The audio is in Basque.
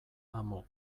amu